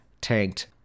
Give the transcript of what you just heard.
tanked